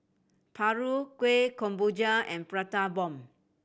paru Kueh Kemboja and Prata Bomb